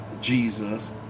Jesus